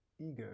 ego